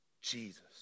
Jesus